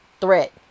threat